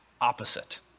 opposite